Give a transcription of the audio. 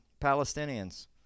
Palestinians